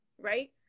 Right